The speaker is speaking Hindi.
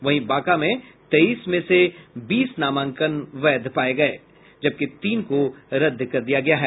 वहीं बांका में तेईस में से बीस नामांकन वैध पाये गये हैं जबकि तीन को रद्द कर दिया गया है